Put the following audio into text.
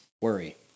worry